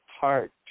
heart